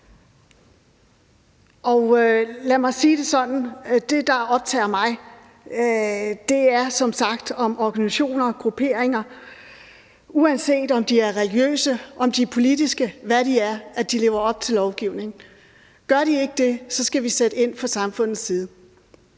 det, der optager mig, er som sagt, om organisationer og grupperinger, uanset om de er religiøse, om de er politiske, eller hvad de er, lever op til lovgivningen. Gør de ikke det, skal vi sætte ind fra samfundets side.